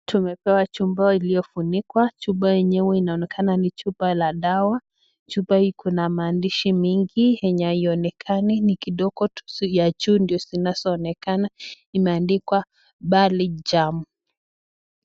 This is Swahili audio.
Tumepewa chupa iliyofunikwa, chupa lenyewe inaonekana ni chupa la dawa, chupa hii iko na maandishi mingi yenye haionekani, ni kidogo ya juu tu ndo zinazoonekana imeandikwa Bali Jam.